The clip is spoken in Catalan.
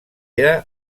era